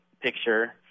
picture